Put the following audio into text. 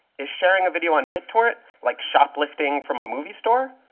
is sharing a video on bittorrent like shoplifting from a movie store,